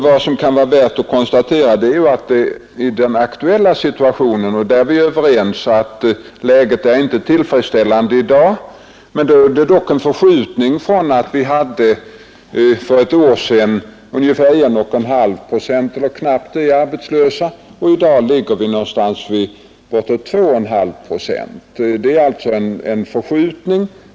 Det kan vara värt att konstatera att vi i den aktuella situationen är överens om att läget inte är tillfredsställande i dag. Det är dock en förskjutning från knappt 1,5 procent arbetslösa för ett år sedan till bortåt 2,5 procent i dag.